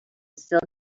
still